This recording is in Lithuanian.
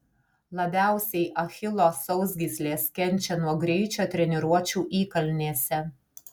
labiausiai achilo sausgyslės kenčia nuo greičio treniruočių įkalnėse